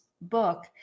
book